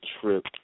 trip